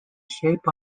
shape